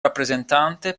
rappresentante